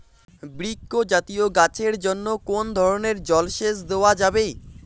বৃক্ষ জাতীয় গাছের জন্য কোন ধরণের জল সেচ দেওয়া যাবে?